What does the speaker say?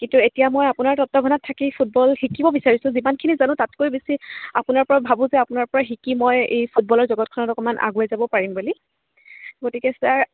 কিন্তু এতিয়া মই আপোনাৰ তত্বাৱধানত থাকি ফুটবল শিকিব বিচাৰিছোঁ যিমানখিনি জানো তাতকৈ বেছি আপোনাৰপৰা ভাবোঁ যে আপোনাৰপৰা শিকি মই এই ফুটবলৰ জগতখনত অকণমান আগুৱাই যাব পাৰিম বুলি গতিকে ছাৰ